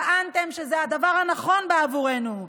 טענתם שזה הדבר הנכון בעבורנו,